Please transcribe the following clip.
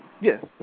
Yes